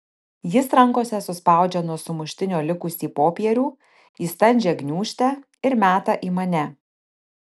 jis rankose suspaudžia nuo sumuštinio likusį popierių į standžią gniūžtę ir meta į mane